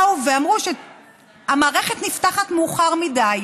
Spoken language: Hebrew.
באו ואמרו שהמערכת נפתחת מאוחר מדי,